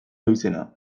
abizena